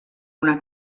una